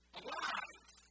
alive